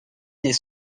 des